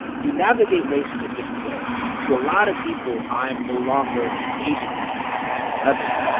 you navigate race in a different way to a lot of people, i'm no longer an asian person. i'm a celebrity.